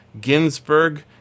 Ginsburg